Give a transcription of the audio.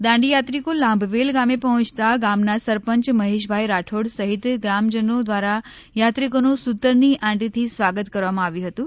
દાંડી યાત્રિકો લાંભવેલ ગામે પહોંચતા ગામના સરપંચ મહેશભાઇ રાઠોડ સહિત ગ્રામજનો દ્વારા યાત્રિકોનું સૂતરની આંટીથી સ્વાગત કરવામાં આવ્યું હતું